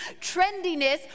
trendiness